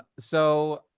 so,